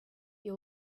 you